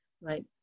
right